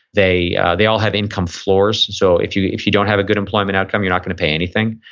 they they all have income floors so if you if you don't have a good employment outcome, you're not going to pay anything.